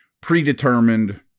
predetermined